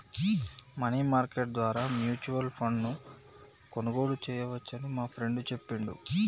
money market ద్వారా mutual ఫండ్ను కొనుగోలు చేయవచ్చని మా ఫ్రెండు చెప్పిండు